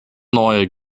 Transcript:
neue